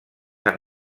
han